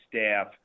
staff